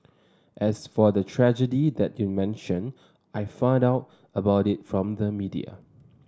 as for the tragedy that you mentioned I found out about it from the media